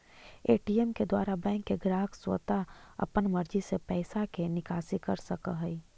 ATM के द्वारा bank के ग्राहक स्वता अपन मर्जी से पैइसा के निकासी कर सकऽ हइ